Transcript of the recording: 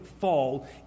fall